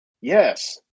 Yes